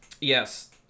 yes